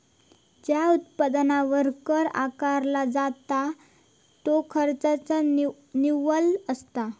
ज्या उत्पन्नावर कर आकारला जाता त्यो खर्चाचा निव्वळ असता